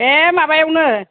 बे माबायावनो